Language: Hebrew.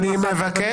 די.